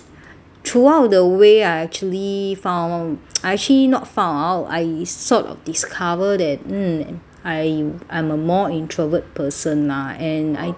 throughout the way I actually found I actually not found out I sort of discovered that mm I I'm a more introvert person lah and I think